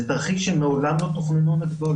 זה תרחיש שמעולם לא תוכננו נגדו,